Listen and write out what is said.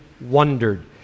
wondered